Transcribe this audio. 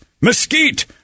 mesquite